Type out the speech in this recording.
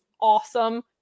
awesome